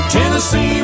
Tennessee